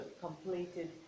completed